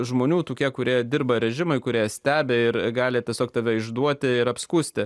žmonių tokie kurie dirba režimai kurie stebi ir gali tiesiog tave išduoti ir apskųsti